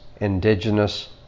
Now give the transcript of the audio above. indigenous